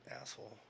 asshole